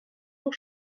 pour